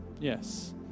Yes